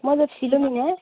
म त फिलोमिना